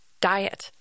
diet